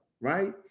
right